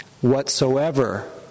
whatsoever